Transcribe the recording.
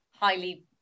highly